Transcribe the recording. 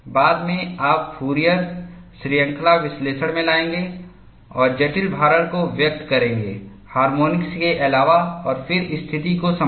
बाद में आप फूरियर श्रृंखला विश्लेषण में लाएंगे और जटिल भारण को व्यक्त करेंगे हार्मोनिक्स के अलावा और फिर स्थिति को संभालना